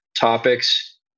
topics